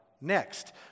Next